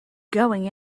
going